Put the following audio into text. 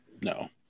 No